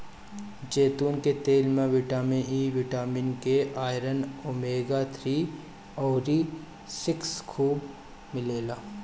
जैतून के तेल में vitamin E, vitamin K, iron, omega three अउरी सिक्स खूब मिलेला